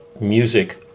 music